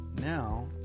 Now